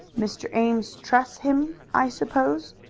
mr. ames trusts him, i suppose?